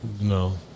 No